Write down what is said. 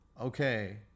Okay